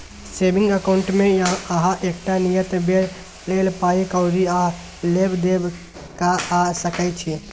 saving अकाउंटमे अहाँ एकटा नियत बेर लेल पाइ कौरी आ लेब देब कअ सकै छी